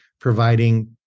providing